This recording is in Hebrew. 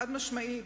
חד-משמעי,